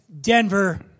Denver